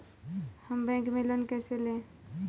हम बैंक से लोन कैसे लें?